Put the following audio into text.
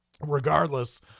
regardless